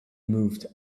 moved